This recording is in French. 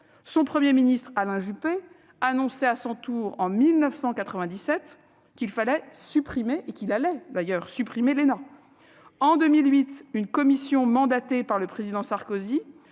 son Premier ministre, Alain Juppé, annonçait à son tour qu'il allait supprimer l'ENA. Eh oui ! En 2008, une commission mandatée par le Président Sarkozy